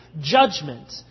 Judgment